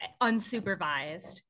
unsupervised